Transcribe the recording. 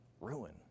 ruin